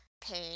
pain